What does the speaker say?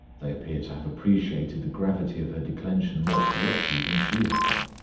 they appear to have appreciated the gravity of her declension more correctly than she had done.